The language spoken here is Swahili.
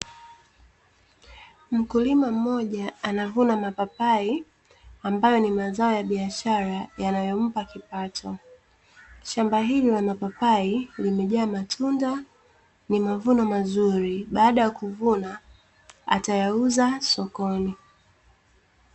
Mkulima mmoja anavuna mapapai ambayo ni mazao ya biashara yanayompa kipato, shamba hili la mapapai limejaa matunda, ni mavuno mazuri baada ya kuvuna atayauza sokoni .